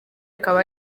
akaba